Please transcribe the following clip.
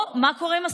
מה קורה עם הסטודנטים?